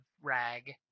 rag